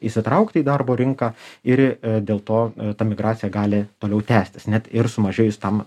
įsitraukti į darbo rinką ir dėl to ta migracija gali toliau tęstis net ir sumažėjus tam